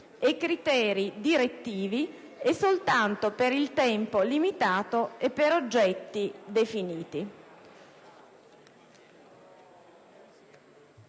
e criteri direttivi e soltanto per tempo limitato e per oggetti definiti».